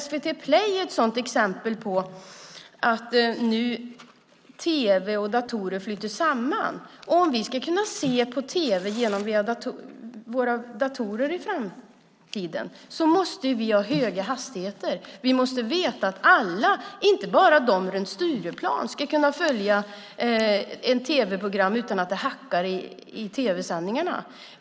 SVT Play är ett sådant exempel på att tv och datorer nu flyter samman. Om vi ska kunna se på tv via våra datorer i framtiden måste vi ha höga hastigheter. Vi måste veta att alla, inte bara de runt Stureplan, ska kunna följa ett tv-program utan att det hackar i tv-sändningarna.